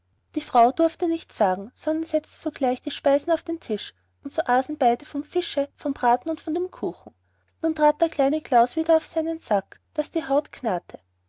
die frau durfte nichts sagen sondern setzte sogleich die speisen auf den tisch und so aßen beide vom fische vom braten und von dem kuchen nun trat der kleine klaus wieder auf seinen sack daß die haut knarrte